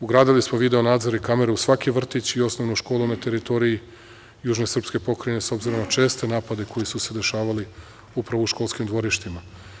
Ugradili smo video nadzore i kamere u svaki vrtić i osnovnu školu na teritoriji južne srpske pokrajine, s obzirom na česte napade koji su se dešavali upravo u školskim dvorištima.